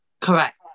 Correct